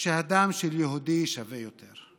שדם של יהודי שווה יותר.